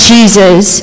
Jesus